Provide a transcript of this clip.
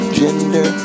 gender